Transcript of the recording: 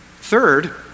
Third